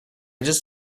just